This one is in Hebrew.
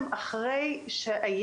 מענים.